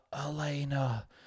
Elena